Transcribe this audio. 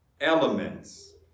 elements